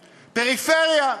פריפריה.